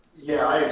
yeah,